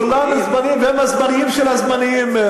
כולנו זמניים והם הזמניים של הזמניים.